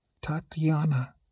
Tatiana